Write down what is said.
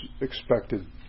expected